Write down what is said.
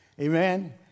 Amen